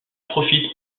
profite